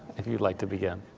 if you'd like to begin.